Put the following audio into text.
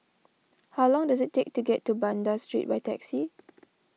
how long does it take to get to Banda Street by taxi